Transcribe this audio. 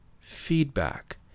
feedback